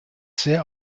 sehr